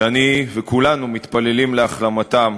שאני וכולנו מתפללים להחלמתם.